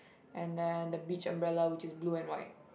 and then the beach umbrella which is blue and white